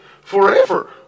forever